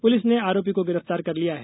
police ने आरोपी को गिरफ्तार कर लिया है